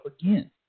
again